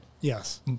Yes